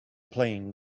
playing